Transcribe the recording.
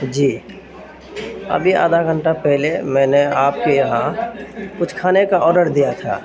جی ابھی آدھا گھنٹہ پہلے میں نے آپ کے یہاں کچھ کھانے کا آڈر دیا تھا